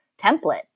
template